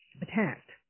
attacked